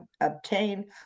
obtain